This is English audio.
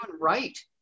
right